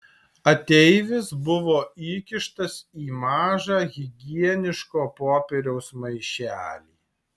ateivis buvo įkištas į mažą higieniško popieriaus maišelį